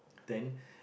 then